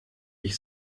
ich